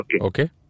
Okay